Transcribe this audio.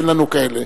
אין לנו כאלה.